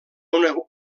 una